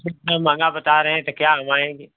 इतना महंगा बता रहे हैं तो क्या हम आयें